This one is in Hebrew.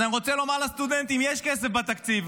אז אני רוצה לומר לסטודנטים: יש כסף בתקציב,